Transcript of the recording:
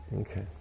Okay